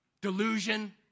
Delusion